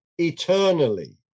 eternally